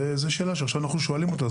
זו שאלה שעכשיו אנחנו שואלים אותה,